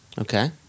Okay